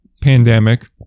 pandemic